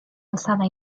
alçada